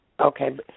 Okay